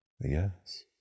Yes